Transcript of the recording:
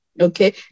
okay